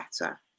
better